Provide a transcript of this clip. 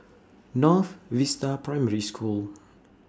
North Vista Primary School